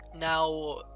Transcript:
Now